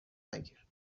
نگیر